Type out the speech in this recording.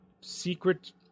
secret